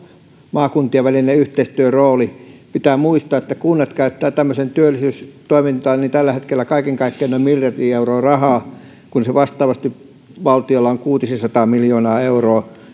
maakuntien välinen yhteistyörooli pitää muistaa että kunnat käyttävät tämmöiseen työllisyystoimintaan tällä hetkellä kaiken kaikkiaan noin miljardi euroa rahaa kun se vastaavasti valtiolla on kuutisensataa miljoonaa euroa